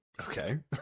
okay